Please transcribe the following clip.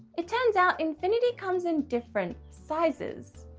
it turns out infinity comes in different sizes.